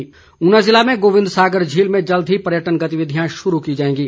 वीरेन्द्र कंवर ऊना ज़िले में गोबिंद सागर झील में जल्द ही पर्यटन गतिविधियां शुरू की जाएंगी